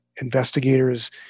investigators